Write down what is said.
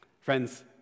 Friends